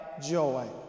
joy